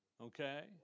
okay